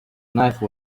knife